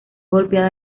golpeada